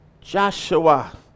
Joshua